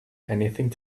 anything